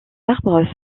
arbres